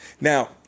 Now